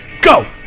Go